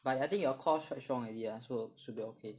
but I think your core quite strong already lah so should be okay